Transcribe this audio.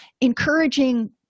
Encouraging